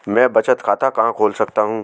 मैं बचत खाता कहां खोल सकता हूं?